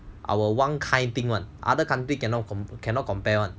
our one kind thing [one] other country cannot compare [one]